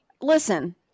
listen